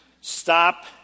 Stop